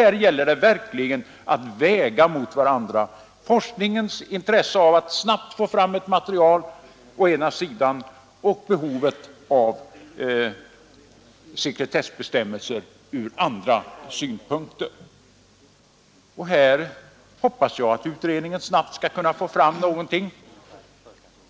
Här gäller det verkligen att väga mot RN av att snabbt få fram ett Utlämnande av material och å andra sidan behovet av sekretessbestämmelser. Här hoppas handlingar rörande jag att utredningen snabbt skall få fram någonting.